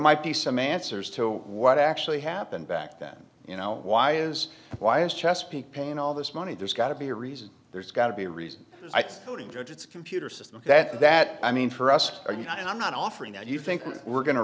might be some answers to what actually happened back then you know why is why is chesapeake paying all this money there's got to be a reason there's got to be a reason i thought in judge its computer system that that i mean for us or you know i'm not offering that you think we're going to